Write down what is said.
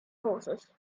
horses